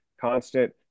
constant